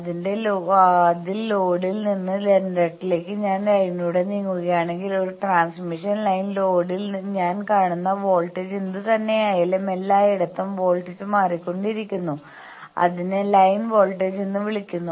അതിൽ ലോഡിൽ നിന്ന് ജനറേറ്ററിലേക്ക് ഞാൻ ലൈനിലൂടെ നീങ്ങുകയാണെങ്കിൽ ഒരു ട്രാൻസ്മിഷൻ ലൈൻ ലോഡിൽ ഞാൻ കാണുന്ന വോൾട്ടേജ് എന്തുതന്നെയായാലും എല്ലായിടത്തും വോൾട്ടേജ് മാറിക്കൊണ്ടിരിക്കുന്നു അതിനെ ലൈൻ വോൾട്ടേജ് എന്ന് വിളിക്കുന്നു